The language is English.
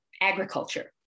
agriculture